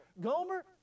Gomer